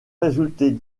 résulter